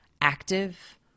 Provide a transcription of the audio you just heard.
active